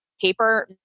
paper